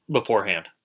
beforehand